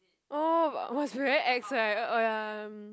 oh must be very ex right oh ya mm